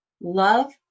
love